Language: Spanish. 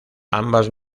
ambas